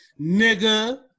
nigga